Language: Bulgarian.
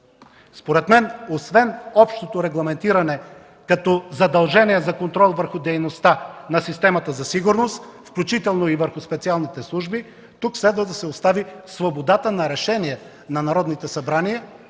Според мен освен общото регламентиране като задължение за контрол върху дейността на системата за сигурност, включително и върху специалните служби, тук следва да се остави свободата на решение на народните събрания